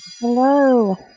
Hello